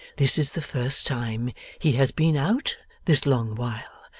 this is the first time he has been out, this long while,